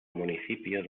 municipio